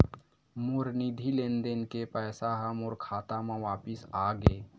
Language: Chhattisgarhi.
मोर निधि लेन देन के पैसा हा मोर खाता मा वापिस आ गे